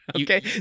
okay